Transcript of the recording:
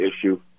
issue